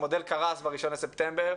המודל קרס ב-1 בספטמבר.